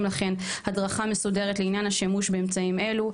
לכן הדרכה מסודרת לעניין השימוש באמצעים אלו.